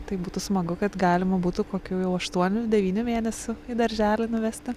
tai būtų smagu kad galima būtų kokių jau aštuonių devynių mėnesių į darželį nuvesti